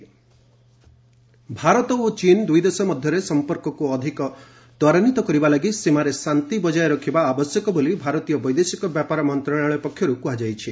India China MEA Bharat ଓ ଚୀନ ଦୁଇଦେଶ ମଧ୍ୟରେ ସଂପର୍କକୁ ଅଧିକ ତ୍ୱରାନ୍ଧିତ କରିବା ଲାଗି ସୀମାରେ ଶାନ୍ତି ବଜାୟ ରଖିବା ଆବଶ୍ୟକ ବୋଲି ଭାରତୀୟ ବୈଦେଶିକ ବ୍ୟାପାର ମନ୍ତ୍ରଣାଳୟ ପକ୍ଷରୁ କୁହାଯାଇଛି